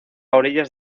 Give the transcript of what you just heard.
orillas